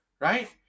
right